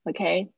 Okay